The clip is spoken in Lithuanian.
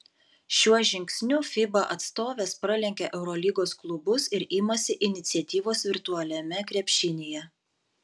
šiuo žingsniu fiba atstovės pralenkia eurolygos klubus ir imasi iniciatyvos virtualiame krepšinyje